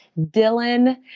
Dylan